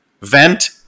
vent